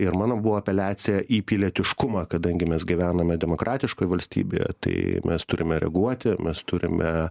ir mano buvo apeliacija į pilietiškumą kadangi mes gyvename demokratiškoj valstybėje tai mes turime reaguoti mes turime